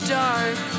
dark